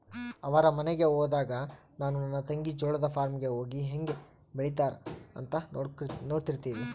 ಅವರ ಮನೆಗೆ ಹೋದಾಗ ನಾನು ನನ್ನ ತಂಗಿ ಜೋಳದ ಫಾರ್ಮ್ ಗೆ ಹೋಗಿ ಹೇಂಗೆ ಬೆಳೆತ್ತಾರ ಅಂತ ನೋಡ್ತಿರ್ತಿವಿ